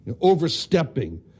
overstepping